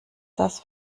das